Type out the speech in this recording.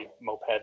moped